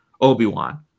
Obi-Wan